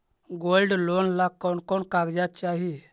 Gold loan ला कौन कौन कागजात चाही?